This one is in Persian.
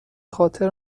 خاطر